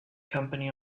company